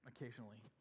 occasionally